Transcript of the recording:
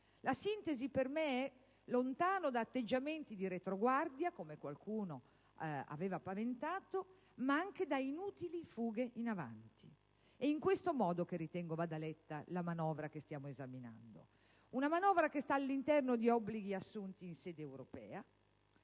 un sano realismo, lontano da atteggiamenti di retroguardia (come qualcuno aveva paventato), ma anche da inutili fughe in avanti. È in questo modo che ritengo vada letta la manovra oggi al nostro esame. Tale manovra sta all'interno di obblighi assunti in sede europea.